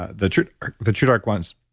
ah the the truedark lens,